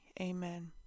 Amen